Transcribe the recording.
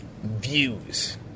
views